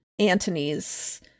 antony's